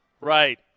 right